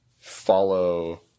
follow